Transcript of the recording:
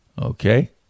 Okay